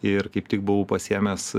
ir kaip tik buvau pasiėmęs